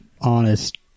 honest